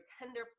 tender